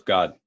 God